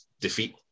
defeat